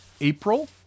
April